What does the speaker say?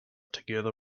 together